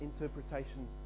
interpretation